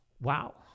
Wow